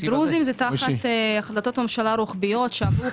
דרוזים זה תחת החלטות ממשלה רוחביות שעברו,